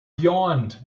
yawned